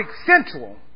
essential